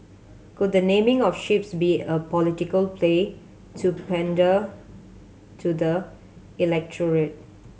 could the naming of ships be a political play to pander to the